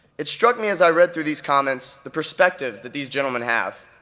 it struck me as i read through these comments the perspective that these gentlemen have.